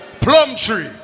Plumtree